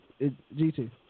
GT